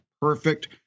perfect